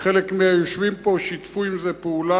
וחלק מהיושבים פה שיתפו עם זה פעולה